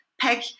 pack